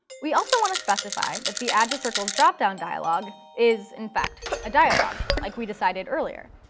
we also want to specify that the add to circles drop-down dialog is, in fact, a dialog, like we decided earlier.